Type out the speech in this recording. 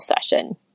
session